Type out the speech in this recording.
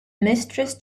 mistress